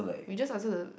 we just answer the